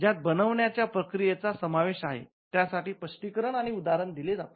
ज्यात बनवण्याच्या प्रक्रियेचा समावेश आहे त्या साठी स्पष्टीकरण आणि उदाहरण दिले जातात